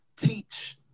teach